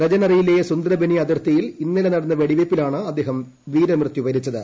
രജനറിയിലെ സുന്ദ്രബനി അതിർത്തിയിൽ ഇന്നലെ നടന്ന വെടിവയ്പ്പിലാണ് അദ്ദേഹം വീരമൃത്യു വരിച്ചത്